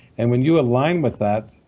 and when you align with that,